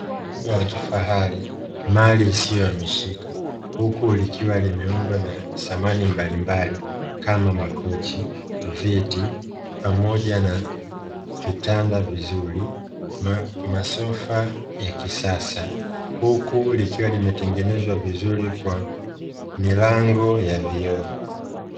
Jengo kubwa la kifahari mali isio hamishika, Huku likiwa limeundwa na samani mbalimbaili kama: makochi, viti pamoja na vitanda vizuri, masofa ya kisasa. Huku likiwa limetengenezwa vizuri kwa milango ya vioo.